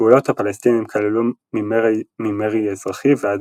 פעולות הפלסטינים כללו ממרי אזרחי ועד